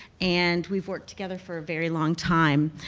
and we've worked together for a very long time.